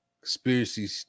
conspiracy